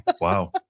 Wow